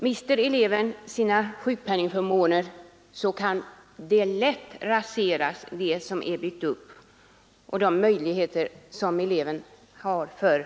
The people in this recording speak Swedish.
Mister eleven sina sjukpenningförmåner så kan det som har byggts upp i fråga om elevens möjligheter till återanpassning lätt raseras.